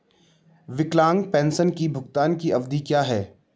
विकलांग पेंशन भुगतान की अवधि क्या है?